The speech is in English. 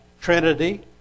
trinity